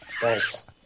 thanks